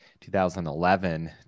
2011